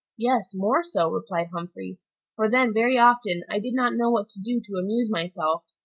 yes, more so, replied humphrey for then very often i did not know what to do to amuse myself,